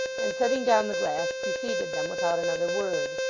and setting down the glass, preceded them without another word.